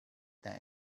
that